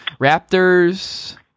Raptors